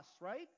right